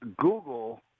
Google